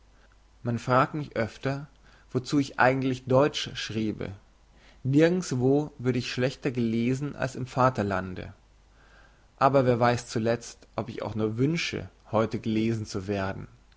man fragt mich öfter wozu ich eigentlich deutsch schriebe nirgendswo würde ich schlechter gelesen als im vaterlande aber wer weiss zuletzt ob ich auch nur wünsche heute gelesen zu werden